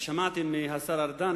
שמעתי מהשר ארדן,